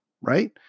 right